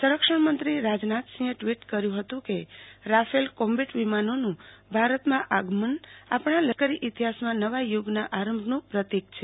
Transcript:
સંરક્ષણ મંત્રી રાજનાથસિંહ ટ્વીટ કર્યું હતું કે રાફેલ કોમ્બેટ વિમાનોનું ભારતમાં આગમન આપણા લશ્કરી ઈતિહાસમાં નવા યુગનો આરંભનું પ્રતિક છે